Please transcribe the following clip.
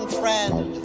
friend